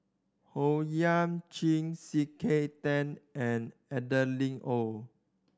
Owyang Chi C K Tang and Adeline Ooi